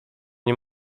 nie